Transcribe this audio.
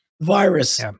virus